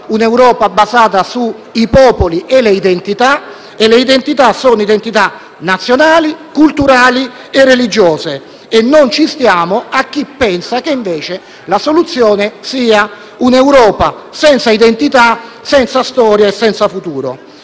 di tutto basata sui popoli e sulle identità e le identità sono nazionali, culturali e religiose. Non ci stiamo con chi pensa che, invece, la soluzione sia un'Europa senza identità, senza storia e senza futuro.